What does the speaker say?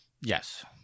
Yes